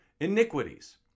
iniquities